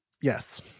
yes